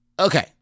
Okay